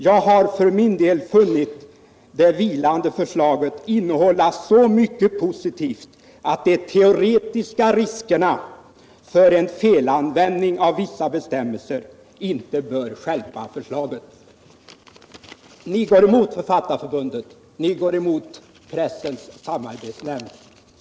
”Jag har för min del funnit det vilande förslaget innehålla så mycket positivt att de teoretiska riskerna för en felanvändning av vissa bestämmelser inte bör stjälpa förslaget”, framhöll Gehlin. Vpk går emot Författarförbundet och ni går emot Pressens samarbetsnämnd.